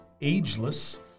Ageless